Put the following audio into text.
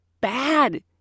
bad